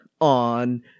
on